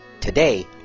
Today